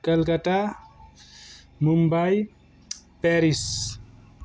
Calcutta Mumbai Paris